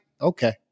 okay